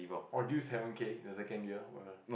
or give seven K is a